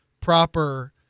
proper